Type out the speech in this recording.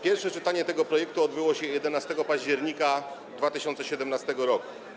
Pierwsze czytanie tego projektu odbyło się 11 października 2017 r.